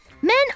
Men